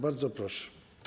Bardzo proszę.